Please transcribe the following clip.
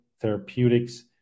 Therapeutics